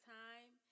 time